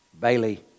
Bailey